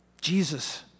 Jesus